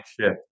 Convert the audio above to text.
shift